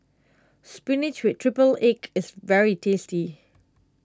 Spinach with Triple Egg is very tasty